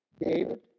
David